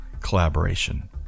collaboration